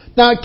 Now